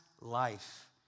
life